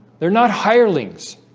they're not hireling x'